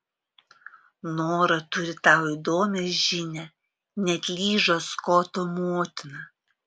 nora turi tau įdomią žinią neatlyžo skoto motina